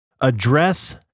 address